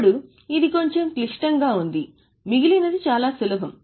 ఇప్పుడు ఇది కొంచెం క్లిష్టంగా ఉంది మిగిలినది చాలా సులభం